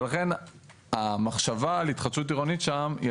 ולכן המחשבה על התחדשות עירונית שם היא